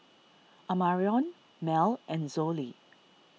Amarion Mel and Zollie